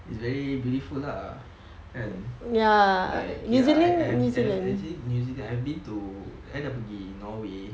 it's very beautiful lah kan like ya I I I've actually new zealand I've been to I dah pergi norway